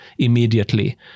immediately